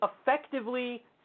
effectively